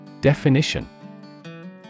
Definition